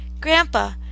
Grandpa